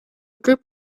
group